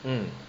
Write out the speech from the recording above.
mm